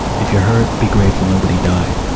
if you're hurt, be grateful nobody died.